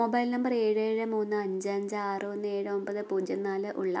mobile number ഏഴ് ഏഴ് മൂന്ന് അഞ്ച് അഞ്ച് ആറ് ഒന്ന് ഏഴ് ഒമ്പത് പൂജ്യം നാല് ഉള്ള